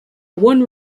one